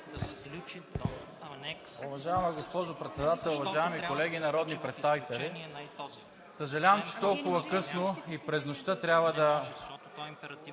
Уважаема госпожо Председател, уважаеми колеги народни представители! Съжалявам, че толкова късно и през нощта трябва да…